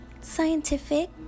scientific